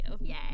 Yay